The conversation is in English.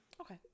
Okay